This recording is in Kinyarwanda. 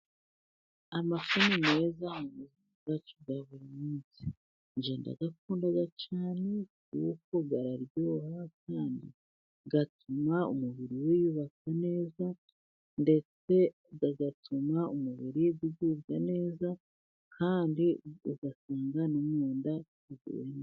Amashu ni meza mu buzima bwacu bwa buri munsi njye ndayakunda cyane kuko araryoha kandi atuma umubiri wiyubaka neza ndetse bigatuma umubiri ugubwa neza kandi agatunga no munda vurema.